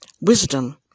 Wisdom